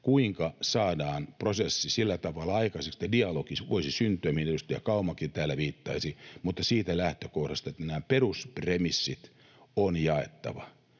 kuinka saadaan prosessi sillä tavalla aikaiseksi, että dialogi voisi syntyä, mihin edustaja Kaumakin täällä viittasi, mutta siitä lähtökohdasta, että nämä peruspremissit on jaettava.